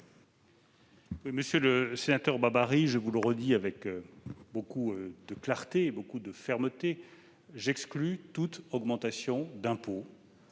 Monsieur le sénateur, je vous le redis avec beaucoup de clarté et de fermeté : j'exclus toute augmentation d'impôts,